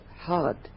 hard